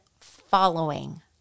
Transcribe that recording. following